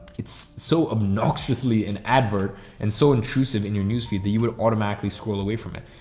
it's so obnoxious, lee in advert and so intrusive in your newsfeed that you would automatically scroll away from it.